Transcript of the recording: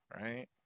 right